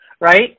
Right